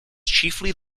chiefly